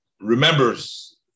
remembers